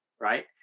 right